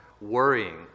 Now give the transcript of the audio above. worrying